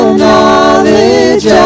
knowledge